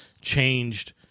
changed